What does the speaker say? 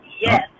yes